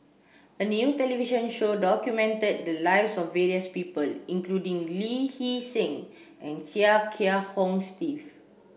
a new television show documented the lives of various people including Lee Hee Seng and Chia Kiah Hong Steve